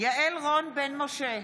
יעל רון בן משה,